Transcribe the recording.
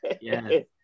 yes